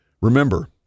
Remember